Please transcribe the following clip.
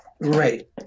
Right